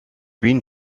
been